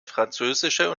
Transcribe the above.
französische